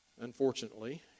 unfortunately